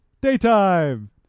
Daytime